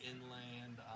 inland